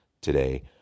today